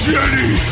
Jenny